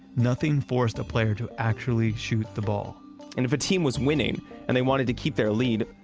nothing forced the player to actually shoot the ball and if a team was winning and they wanted to keep their lead,